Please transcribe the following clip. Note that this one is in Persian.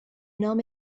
نام